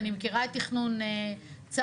אני מכירה את תכנון צה"ל.